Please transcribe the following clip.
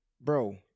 Bro